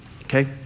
Okay